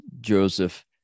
Joseph